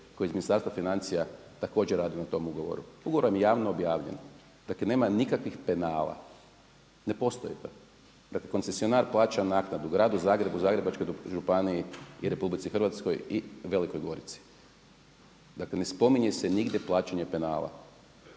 koji je iz Ministarstva financija također radio na tom ugovoru. Ugovor vam je javno objavljen, dakle nema nikakvih penala, ne postoji to. Dakle koncesionar plaća naknadu gradu Zagrebu, Zagrebačkoj županiji i RH i Velikoj Gorici, ne spominje se nigdje plaćanje penala.